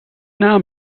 now